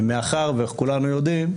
מאחר וכולנו יודעים,